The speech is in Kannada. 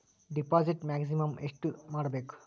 ಡಿಪಾಸಿಟ್ ಮ್ಯಾಕ್ಸಿಮಮ್ ಎಷ್ಟು ಮಾಡಬೇಕು?